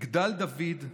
"מגדל דוד,